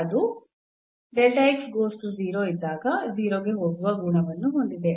ಅದು ಇದ್ದಾಗ 0 ಗೆ ಹೋಗುವ ಗುಣವನ್ನು ಹೊಂದಿದೆ